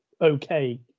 okay